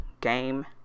game